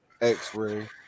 X-Ray